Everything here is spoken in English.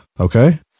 okay